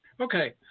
Okay